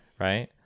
Right